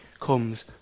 comes